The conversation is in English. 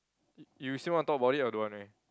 you you still want to talk about it or don't want already